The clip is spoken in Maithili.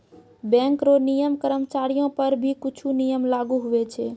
बैंक रो नियम कर्मचारीयो पर भी कुछु नियम लागू हुवै छै